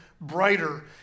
brighter